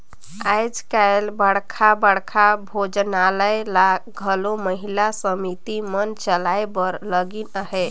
आएज काएल बड़खा बड़खा भोजनालय ल घलो महिला समिति मन चलाए बर लगिन अहें